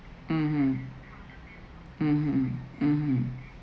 mmhmm mmhmm mmhmm